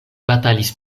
batalis